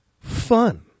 fun